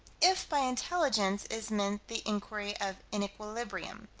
if by intelligence is meant the inquiry of inequilibrium,